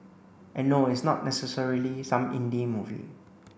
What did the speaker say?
and no it's not necessarily some indie movie